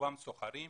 רובם סוחרים,